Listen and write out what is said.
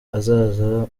azaza